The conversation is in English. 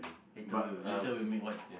later we will later we will make one